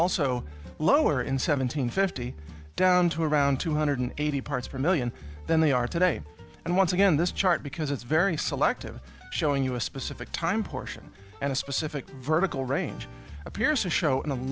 also lower in seven hundred fifty down to around two hundred eighty parts per million than they are today and once again this chart because it's very selective showing you a specific time portion and a specific vertical range appears to show